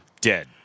Dead